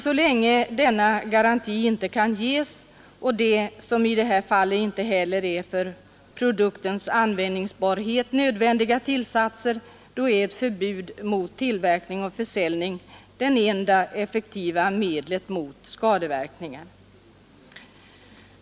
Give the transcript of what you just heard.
Så länge denna garanti inte kan ges och det, som i det här fallet, inte heller är för produktens användbarhet nödvändiga tillsatser, då är ett förbud mot tillverkning och försäljning det enda effektiva medlet mot skadeverkningar.